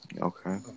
Okay